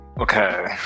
Okay